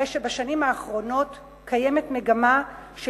הרי שבשנים האחרונות קיימת מגמה של